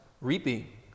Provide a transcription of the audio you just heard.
reaping